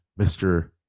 Mr